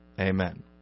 Amen